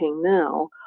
now